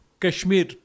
Kashmir